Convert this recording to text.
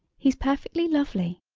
he's perfectly lovely!